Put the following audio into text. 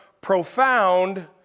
profound